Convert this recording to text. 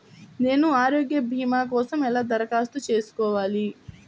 నేను ఆరోగ్య భీమా కోసం ఎలా దరఖాస్తు చేసుకోవాలి?